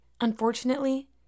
Unfortunately